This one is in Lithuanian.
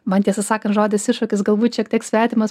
man tiesą sakant žodis iššūkis galbūt šiek tiek svetimas